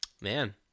man